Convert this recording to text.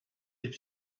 des